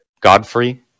Godfrey